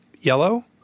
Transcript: yellow